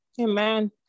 Amen